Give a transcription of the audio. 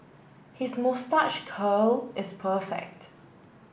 his moustache curl is perfect